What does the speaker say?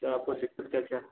क्या आपको दिकक्त क्या क्या